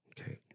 Okay